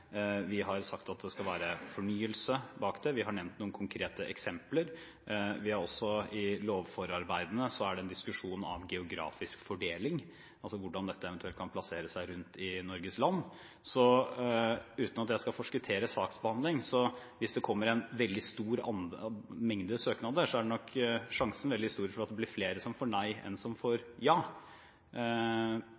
Vi har sagt at det skal være fornyelse bak det. Vi har nevnt noen konkrete eksempler. I lovforarbeidene er det en diskusjon om geografisk fordeling, altså hvordan dette eventuelt kan plasseres rundt om i Norges land. Uten at jeg skal forskuttere saksbehandlingen – hvis det kommer en veldig stor mengde søknader, er nok sjansen veldig stor for at det blir flere som får nei enn som